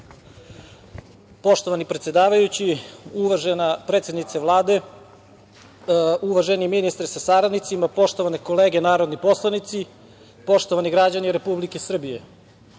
Poštovani predsedavajući, uvažena predsednice Vlade, uvaženi ministre sa saradnicima, poštovane kolege narodni poslanici, poštovani građani Republike Srbije,